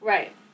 Right